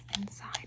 inside